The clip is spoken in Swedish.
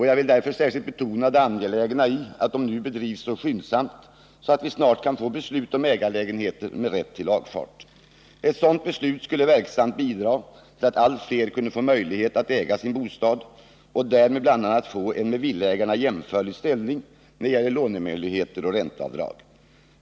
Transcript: Jag vill därför särskilt betona det angelägna i att dessa studier bedrivs skyndsamt, så att vi snarast kan få beslut om ägarlägenheter med rätt till lagfart. Ett sådant beslut skulle verksamt bidra till att allt fler kunde få möjlighet att äga sin bostad och därmed bl.a. få en med villaägarna jämförlig ställning när det gäller lånemöjligheter och ränteavdrag.